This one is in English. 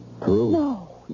No